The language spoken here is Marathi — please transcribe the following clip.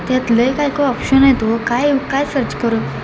त्यात लई काय काय ऑप्शन आहेत हो काय काय सर्च करू